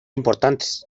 importantes